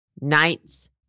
nights